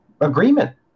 agreement